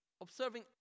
Observing